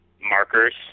markers